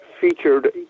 featured